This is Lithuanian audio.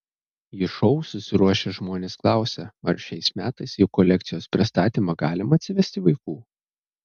į šou susiruošę žmonės klausia ar šiais metais į kolekcijos pristatymą galima atsivesti vaikų